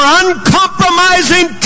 uncompromising